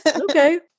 Okay